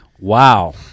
Wow